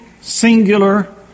singular